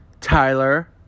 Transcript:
Tyler